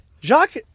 Jacques